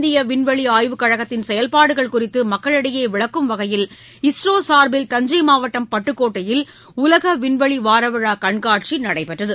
இந்தியவிண்வெளிஆய்வுக் கழகத்தின் செயல்பாடுகள் குறித்துமக்களிடையேவிளக்கும் வகையில் இஸ்ரோசார்பில் தஞ்சைமாவட்டம் பட்டுக்கோட்டையில் உலகவிண்வெளிவாரவிழாகண்காட்சிநடைபெற்றது